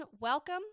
welcome